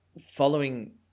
following